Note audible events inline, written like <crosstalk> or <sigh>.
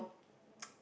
<noise>